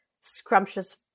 scrumptious